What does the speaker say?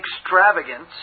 extravagance